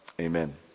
amen